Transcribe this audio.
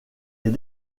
est